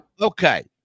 Okay